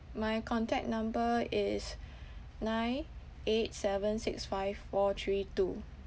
my contact number is nine eight seven six five four three two